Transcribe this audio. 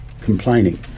complaining